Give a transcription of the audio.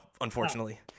unfortunately